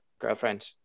girlfriend